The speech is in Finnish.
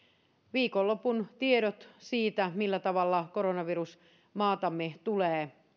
viikonlopun tiedot siitä millä tavalla koronavirus maatamme tulee